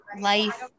life